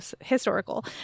historical